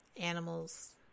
animals